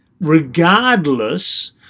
regardless